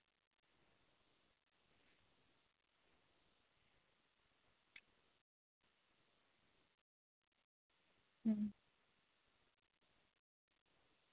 ᱦᱩᱸ